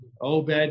Obed